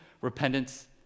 Repentance